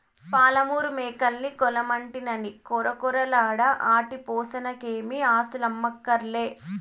పాలమూరు మేకల్ని కొనమంటినని కొరకొరలాడ ఆటి పోసనకేమీ ఆస్థులమ్మక్కర్లే